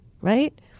right